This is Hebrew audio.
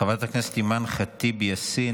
חברת הכנסת אימאן ח'טיב יאסין,